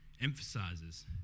emphasizes